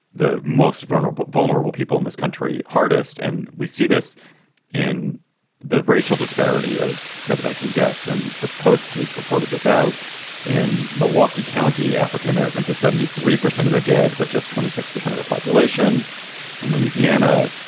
the most vulnerable, vulnerable people in this country hardest. and we see this in the racial disparity of kobe, nineteen deaths. and the post has reported this out in milwaukee county, african-americans are seventy three percent of the dead, but just twenty six percent of the population in louisiana.